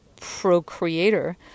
procreator